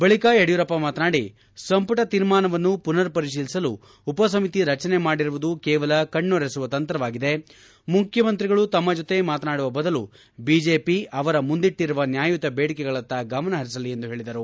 ಬಳಿಕ ಯಡಿಯೂರಪ್ಪ ಮಾತನಾಡಿ ಸಂಪುಟ ತೀರ್ಮಾನವನ್ನು ಪುನರ್ ಪರಿಶೀಲಿಸಲು ಉಪ ಸಮಿತಿ ರಚನೆ ಮಾಡಿರುವುದು ಕೇವಲ ಕಣ್ಣೋರೆಸುವ ತಂತ್ರವಾಗಿದೆ ಮುಖ್ಯಮಂತ್ರಿಗಳು ತಮ್ಮ ಜೊತೆ ಮಾತನಾಡುವ ಬದಲು ಬಿಜೆಪಿ ಅವರ ಮುಂದಿಟ್ಟರುವ ನ್ಯಾಯಯುತ ಬೇಡಿಕೆಗಳತ್ತ ಗಮನ ಹರಿಸಲಿ ಎಂದು ಹೇಳಿದರು